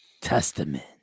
Testament